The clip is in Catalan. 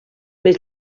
més